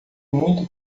muito